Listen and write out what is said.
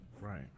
Right